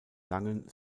langen